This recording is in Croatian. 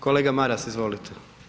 Kolega Maras, izvolite.